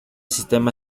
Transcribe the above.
sistema